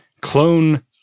clone